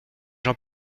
jean